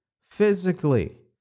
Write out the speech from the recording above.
physically